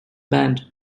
band